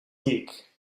week